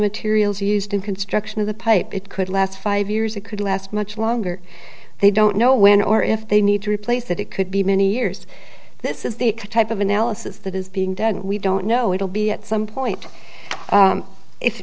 materials used in construction of the pipe it could last five years it could last much longer they don't know when or if they need to replace it it could be many years this is the type of analysis that is being done we don't know it will be at some point